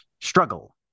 struggle